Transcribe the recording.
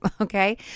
Okay